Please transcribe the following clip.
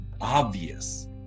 obvious